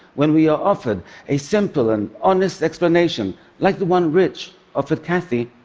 when we are offered a simple and honest explanation like the one rich offered kathy,